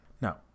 Now